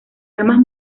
armas